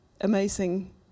amazing